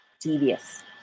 devious